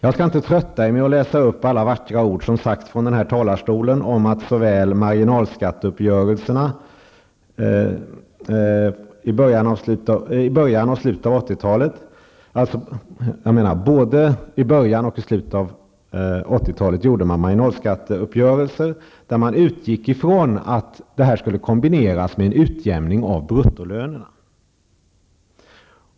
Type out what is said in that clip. Jag skall inte trötta er med att läsa upp alla vackra ord som sagts från den här talarstolen om de marginalskatteuppgörelser som gjordes både i början av 80-talet och i slutet av 80-talet. Där utgick man ifrån att detta skulle kombineras med en utjämning av bruttolönerna.